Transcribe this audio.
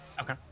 Okay